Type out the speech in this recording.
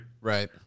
Right